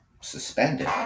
suspended